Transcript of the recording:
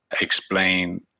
explain